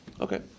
Okay